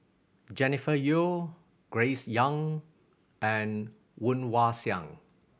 Jennifer Yeo Grace Young and Woon Wah Siang